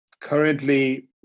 Currently